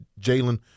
Jalen